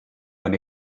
when